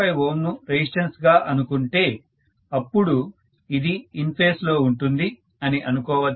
5Ω ను రెసిస్టెన్స్ గా అనుకుంటే అపుడు ఇది ఇన్ ఫేస్ లో ఉంటుంది అని అనుకోవచ్చు